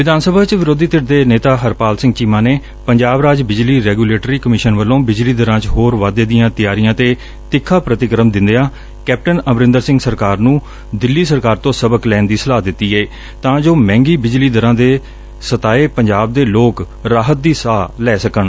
ਵਿਧਾਨ ਸਭਾ ਚ ਵਿਰੋਧੀ ਧਿਰ ਦੇ ਨੇਤਾ ਹਰਪਾਲ ਸਿੰਘ ਚੀਮਾ ਨੇ ਪੰਜਾਬ ਰਾਜ ਬਿਜਲੀ ਰੈਗੁਲੇਟਰੀ ਕਮਿਸ਼ਨ ਵੱਲੋਂ ਬਿਜਲੀ ਦਰਾਂ ਚ ਹੋਰ ਵਾਧੇ ਦੀਆਂ ਤਿਆਰੀਆਂ ਤੇ ਤਿੱਖਾ ਪ੍ਰਤੀਕਰਮ ਦਿੰਦਿਆਂ ਕੈਪਟਨ ਅਮਰਿੰਦਰ ਸਿੰਘ ਸਰਕਾਰ ਨੂੰ ਦਿੱਲੀ ਸਰਕਾਰ ਤੋਂ ਸਬਕ ਲੈਣ ਦੀ ਸਲਾਹ ਦਿੱਤੀ ਏ ਤਾਂ ਜੋ ਮਹਿੰਗੀ ਬਿਜਲੀ ਦਰਾਂ ਦੇ ਸਤਾਏ ਪੰਜਾਬ ਦੇ ਲੋਕ ਰਾਹਤ ਦੀ ਸਾਹ ਲੈ ਸਕਣ